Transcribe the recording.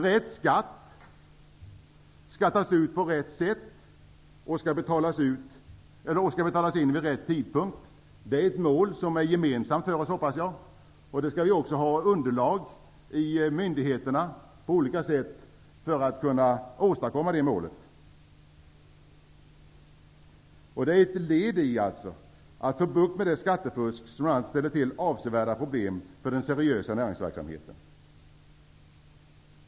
Rätt skatt skall tas ut på rätt sätt och betalas in vid rätt tidpunkt; det är ett mål som jag hoppas är gemensamt för oss. Det skall hos de olika myndigheterna finnas möjligheter att uppnå det målet. Det är ett led i att få bukt med det skattefusk som ställer till med avsevärda problem för den seriösa näringsverksamheten.